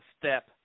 step